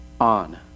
on